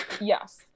yes